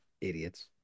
idiots